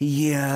jie